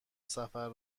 سفر